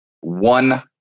one